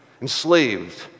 enslaved